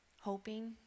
hoping